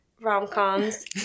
rom-coms